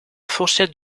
fourchette